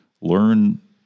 learn